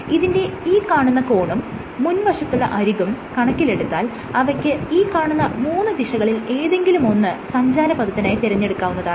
ഇതിന്റെ ഈ കാണുന്ന കോണും മുൻവശത്തുള്ള അരികും കണക്കിലെടുത്താൽ അവയ്ക്ക് ഈ കാണുന്ന മൂന്ന് ദിശകളിൽ ഏതെങ്കിലുമൊന്ന് സഞ്ചാരപദത്തിനായി തിരഞ്ഞെടുക്കാവുന്നതാണ്